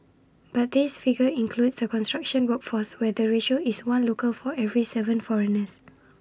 but this figure includes the construction workforce where the ratio is one local for every Seven foreigners